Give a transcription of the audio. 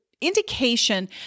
indication